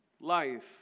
life